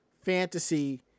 fantasy